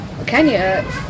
Kenya